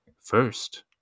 First